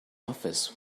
office